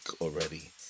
already